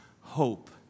hope